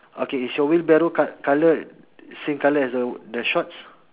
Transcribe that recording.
okay is your wheelbarrow col~ colour same colour as the the shorts